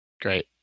Great